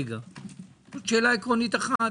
זו שאלה עקרונית אחת.